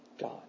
God